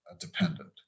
dependent